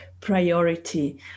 priority